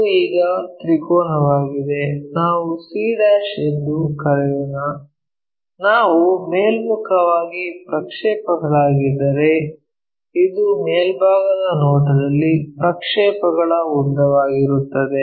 ಅದು ಈಗ ತ್ರಿಕೋನವಾಗಿದೆ ನಾವು c ಎಂದು ಕರೆಯೋಣ ನಾವು ಮೇಲ್ಮುಖವಾಗಿ ಪ್ರಕ್ಷೇಪಗಳಾಗಿದ್ದರೆ ಇದು ಮೇಲ್ಭಾಗದ ನೋಟದಲ್ಲಿ ಪ್ರಕ್ಷೇಪಗಳ ಉದ್ದವಾಗಿರುತ್ತದೆ